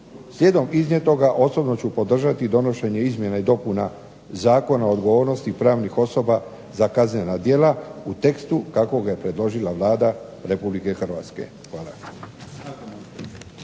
Slijedom iznijetoga osobno ću podržati donošenje izmjena i dopuna Zakona o odgovornosti pravnih osoba za kaznena djela, u tekstu kako ga je predložila Vlada Republike Hrvatske. Hvala.